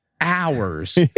hours